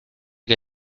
que